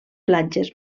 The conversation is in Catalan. platges